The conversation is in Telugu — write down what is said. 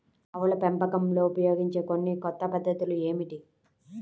ఆవుల పెంపకంలో ఉపయోగించే కొన్ని కొత్త పద్ధతులు ఏమిటీ?